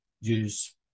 use